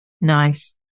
Nice